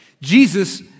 Jesus